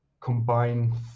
combine